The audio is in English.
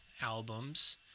albums